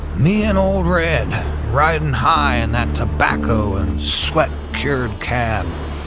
me and ol' red riding high in that tobacco and-sweat-cured cab.